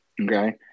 Okay